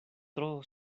tro